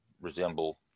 resemble